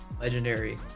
legendary